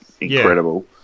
incredible